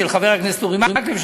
של חבר הכנסת אורי מקלב,